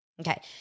Okay